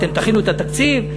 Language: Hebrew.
אתם תכינו את התקציב,